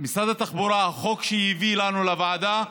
משרד התחבורה, החוק שהביא לנו לוועדה הוא